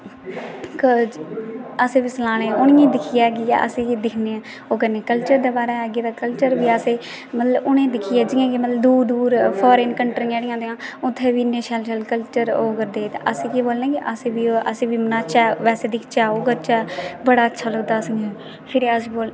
असें बी सलाने उ'नेंगी गी दिक्खयै अस इ'यै दिक्खने ओह् करने कल्चर दे बारे च आई गेआ कल्चर बी असेंगी मतलब उ'नेंगी दिक्खियै जियां कि मतलब दूर दूर फार्न कंट्रियां जेह्ड़ियां होंदिया उत्थें बी इन्ने शैल शैल कल्चर ओह् करदे ते असें केह् बोलना कि अस बी ओह् अस बी मनाचै बैसे दिक्खचै ओह् करचै बड़ा अच्छा लगदा असेंगी फिर अस बोलने